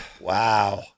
Wow